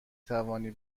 توانی